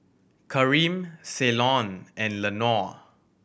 Kareem Ceylon and Lenore